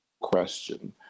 question